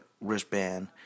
wristband